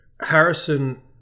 Harrison